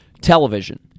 television